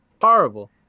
horrible